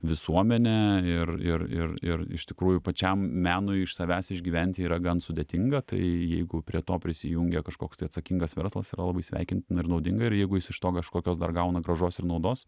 visuomenė ir ir ir ir iš tikrųjų pačiam menui iš savęs išgyventi yra gan sudėtinga tai jeigu prie to prisijungia kažkoks tai atsakingas verslas yra labai sveikintina ir naudinga ir jeigu jis iš to kažkokios dar gauna grąžos ir naudos